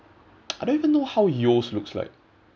I don't even know how yeo's looks like